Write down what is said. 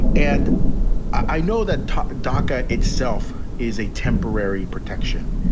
and i know that daca itself is a temporary protection,